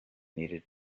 needed